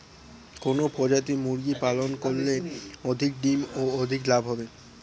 কোন প্রজাতির মুরগি পালন করলে অধিক ডিম ও অধিক লাভ হবে?